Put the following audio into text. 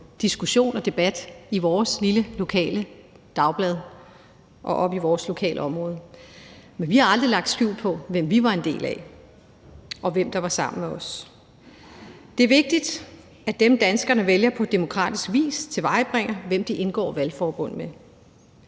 diskussion og debat i vores lille lokale dagblad og oppe i vores lokale område. Men vi har aldrig lagt skjul på, hvem vi var en del af, og hvem der var sammen med os. Det er vigtigt, at dem, danskerne vælger på demokratisk vis, tilvejebringer information om, hvem de indgår valgforbund med.